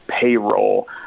payroll